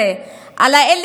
על האוכלוסיות המוחלשות האלה,